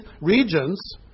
regions